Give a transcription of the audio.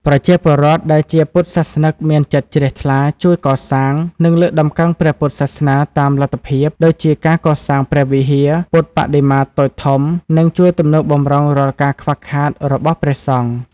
ប្រជាពលរដ្ឋដែលជាពុទ្ធសាសនិកមានចិត្តជ្រះថ្លា ជួយកសាង និងលើកតម្កើងព្រះពុទ្ធសាសនាតាមលទ្ធភាព ដូចជាការកសាងព្រះវិហារ ពុទ្ធប្បដិមាតូចធំ និងជួយទំនុកបម្រុងរាល់ការខ្វះខាតរបស់ព្រះសង្ឃ។